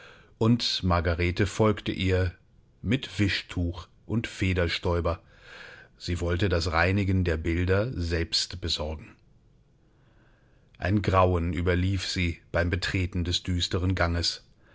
und margarete folgte ihr mit wischtuch und federstäuber sie wollte das reinigen der bilder selbst besorgen ein grauen überlief sie beim betreten des düsteren ganges